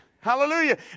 Hallelujah